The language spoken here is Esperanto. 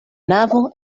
navo